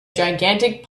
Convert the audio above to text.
gigantic